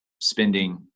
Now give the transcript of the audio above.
spending